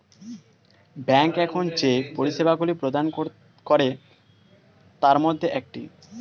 bank এখন যে পরিষেবাগুলি প্রদান করে তার মধ্যে একটি